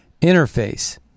interface